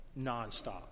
nonstop